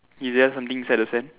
is there something inside the sand